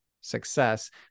success